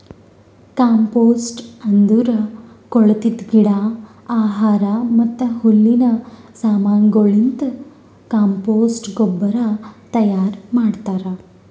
compost ಅಂದುರ್ ಕೊಳತಿದ್ ಗಿಡ, ಆಹಾರ ಮತ್ತ ಹುಲ್ಲಿನ ಸಮಾನಗೊಳಲಿಂತ್ ಕಾಂಪೋಸ್ಟ್ ಗೊಬ್ಬರ ತೈಯಾರ್ ಮಾಡ್ತಾರ್